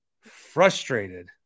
frustrated